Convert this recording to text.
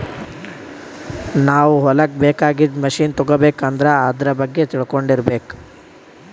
ನಾವ್ ಹೊಲಕ್ಕ್ ಬೇಕಾಗಿದ್ದ್ ಮಷಿನ್ ತಗೋಬೇಕ್ ಅಂದ್ರ ಆದ್ರ ಬಗ್ಗೆ ತಿಳ್ಕೊಂಡಿರ್ಬೇಕ್